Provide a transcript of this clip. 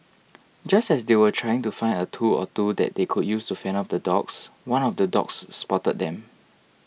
just as they were trying to find a tool or two that they could use to fend off the dogs one of the dogs spotted them